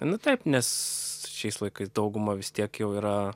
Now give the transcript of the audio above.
nu taip nes šiais laikais dauguma vis tiek jau yra